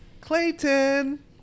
Clayton